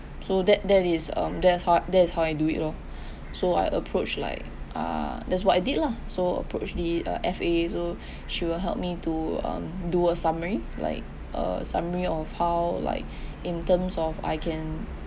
so that that is um that's ho~ that is how I do it loh so I approach like uh that's what I did lah so approach the uh F_A so she will help me to um do a summary like a summary of how like in terms of I can